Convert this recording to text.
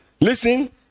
listen